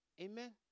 Amen